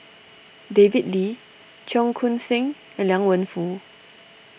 David Lee Cheong Koon Seng and Liang Wenfu